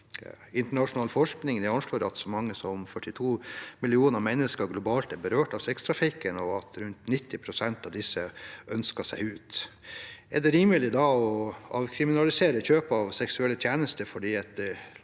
Internasjonal forskning anslår at så mange som 42 millioner mennesker globalt er berørt av sextrafikken, og at rundt 90 pst. av disse ønsker seg ut. Er det rimelig å avkriminalisere kjøp av seksuelle tjenester fordi